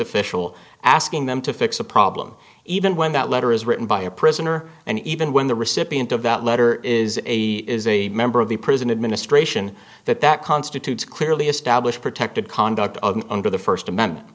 official asking them to fix a problem even when that letter is written by a prisoner and even when the recipient of that letter is a is a member of the present administration that that constitutes clearly established protected conduct of under the first amendment